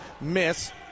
miss